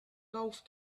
golf